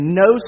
no